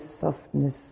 softness